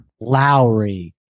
Lowry